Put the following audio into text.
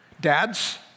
Dads